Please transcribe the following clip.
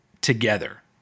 together